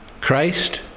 Christ